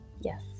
yes